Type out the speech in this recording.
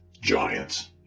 giants